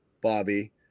Bobby